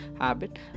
habit